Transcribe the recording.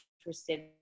interested